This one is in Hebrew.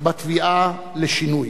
בתביעה לשינוי.